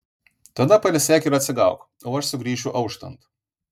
tada pailsėk ir atsigauk o aš sugrįšiu auštant